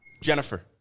Jennifer